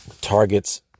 targets